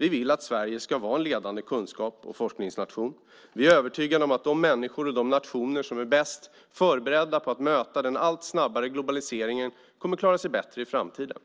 Vi vill att Sverige ska vara en ledande kunskaps och forskningsnation. Vi är övertygade om att de människor och de nationer som är bäst förberedda för att möta den allt snabbare globaliseringen kommer att klara sig bättre i framtiden.